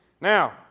Now